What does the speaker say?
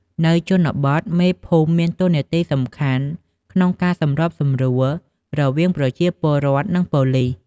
នៅជនបទ មេភូមិមានតួនាទីសំខាន់ក្នុងការសម្របសម្រួល រវាងប្រជាពលរដ្ឋ និងប៉ូលិស។